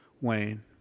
Wayne –